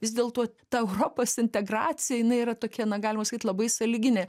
vis dėlto ta europos integracija jinai yra tokia na galima sakyt labai sąlyginė